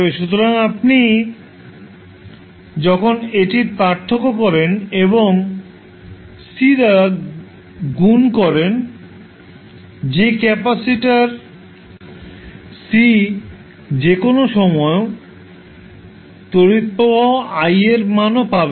সুতরাং আপনি যখন এটির পার্থক্য করেন এবং সি দ্বারা গুণ করেন যে ক্যাপাসিটর C যে কোনও সময় তড়িৎ প্রবাহ i এর মানও পাবেন